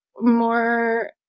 more